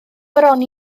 bron